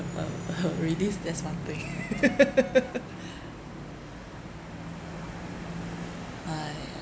uh uh release that's one thing !haiya!